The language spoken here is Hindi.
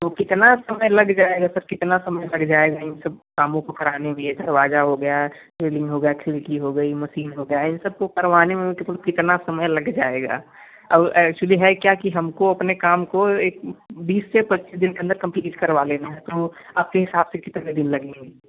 तो कितना समय लग जाएगा सर कितना समय लग जाएगा इन सब कामों को कराने में यह दरवाज़ा हो गया रेलिंग हो गया खिड़की हो गई मसीन हो गया इन सब को करवाने में हमें कितना कितना समय लग जाएगा अब एक्चुअली है क्या कि हमको अपने काम को एक बीस पच्चीस दिन के अंदर कम्पलीट करवा लेना है तो आपके हिसाब से कितने दिन लगेंगे